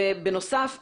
בנוסף,